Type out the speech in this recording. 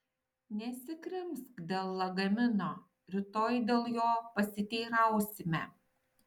nesikrimsk dėl lagamino rytoj dėl jo pasiteirausime